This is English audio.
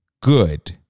good